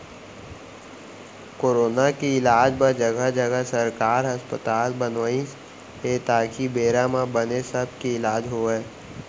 corona के इलाज बर जघा जघा सरकार ह अस्पताल बनवाइस हे ताकि बेरा म बने सब के इलाज होवय